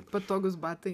patogūs batai